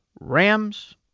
Rams